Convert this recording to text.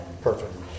perfect